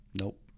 Nope